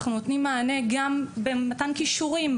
אנחנו גם נותנים מענה סביב פיתוח כישורים,